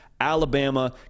alabama